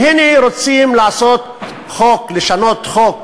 והנה רוצים לעשות חוק, לשנות חוק